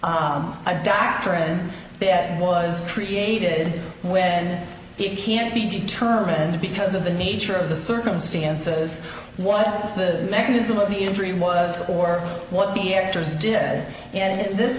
is a doctrine that was created good when it can't be determined because of the nature of the circumstances what is the mechanism of the injury was or what the actors did and this